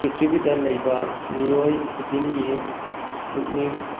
ꯄ꯭ꯔꯤꯊꯤꯕꯤꯗ ꯂꯩꯕ ꯃꯤꯑꯣꯏ ꯈꯨꯗꯤꯡꯒꯤ ꯄꯨꯛꯅꯤꯡ